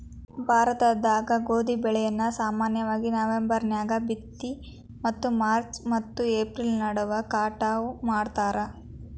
ಭಾರತದಾಗ ಗೋಧಿ ಬೆಳೆಯನ್ನ ಸಾಮಾನ್ಯವಾಗಿ ನವೆಂಬರ್ ನ್ಯಾಗ ಬಿತ್ತಿ ಮತ್ತು ಮಾರ್ಚ್ ಮತ್ತು ಏಪ್ರಿಲ್ ನಡುವ ಕಟಾವ ಮಾಡ್ತಾರ